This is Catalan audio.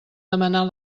demanar